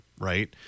right